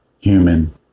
human